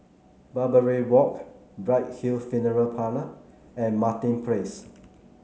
Barbary Walk Bright Hill Funeral Parlour and Martin Place